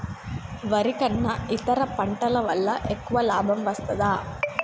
వరి కన్నా ఇతర పంటల వల్ల ఎక్కువ లాభం వస్తదా?